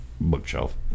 bookshelf